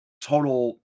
total